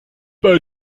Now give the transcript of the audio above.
bei